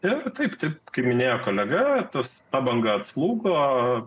ir taip taip kaip minėjo kolega tas ta banga atslūgo